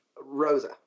Rosa